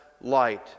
light